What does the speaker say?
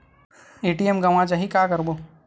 ATM गवां जाहि का करबो?